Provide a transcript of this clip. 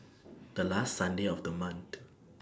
The last Sunday of The month